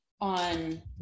on